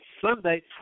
Sunday